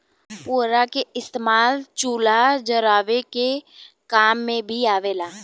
पुअरा के इस्तेमाल चूल्हा जरावे के काम मे भी आवेला